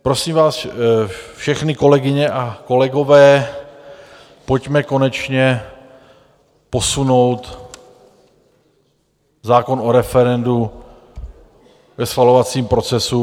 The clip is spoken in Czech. Prosím vás všechny, kolegyně a kolegové, pojďme konečně posunout zákon o referendu ve schvalovacím procesu.